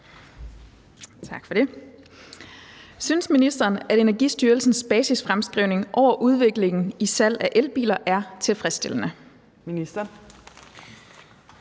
Tak for det. Synes ministeren, at Energistyrelsens basisfremskrivning over udviklingen i salg af elbiler er tilfredsstillende?